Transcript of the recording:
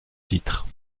titre